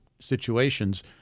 situations